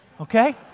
okay